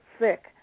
sick